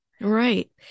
Right